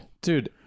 Dude